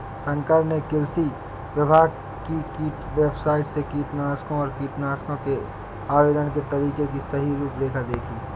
शंकर ने कृषि विभाग की वेबसाइट से कीटनाशकों और कीटनाशकों के आवेदन के तरीके की सही रूपरेखा देखी